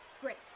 Great